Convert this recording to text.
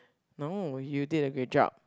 no you did a great job